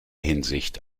hinsicht